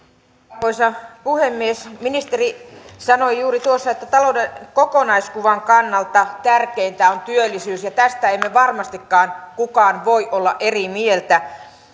arvoisa puhemies ministeri sanoi juuri tuossa että talouden kokonaiskuvan kannalta tärkeintä on työllisyys ja tästä emme varmastikaan kukaan voi olla eri mieltä